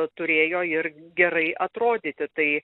turėjo ir gerai atrodyti tai